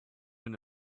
into